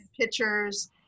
pictures